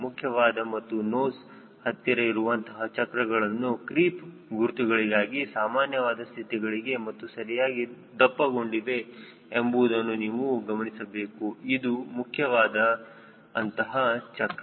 ಮುಖ್ಯವಾದ ಮತ್ತು ನೋಸ್ ಹತ್ತಿರ ಇರುವಂತಹ ಚಕ್ರಗಳನ್ನು ಕ್ರೀಪ್ ಗುರುತುಗಳಿಗಾಗಿ ಸಾಮಾನ್ಯವಾದ ಸ್ಥಿತಿಗಳಿಗೆ ಮತ್ತು ಸರಿಯಾಗಿ ದಪ್ಪಕೊಂಡಿವೆ ಎಂಬುದನ್ನು ನೀವು ಗಮನಿಸಿಬಹುದು ಇದು ಮುಖ್ಯವಾದ ಅಂತಹ ಚಕ್ರ